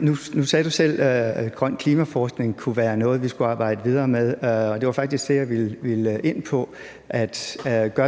Nu sagde ordføreren selv, at grøn klimaforskning kunne være noget, vi skulle arbejde videre med, og det var faktisk det, jeg ville ind på,